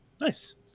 Nice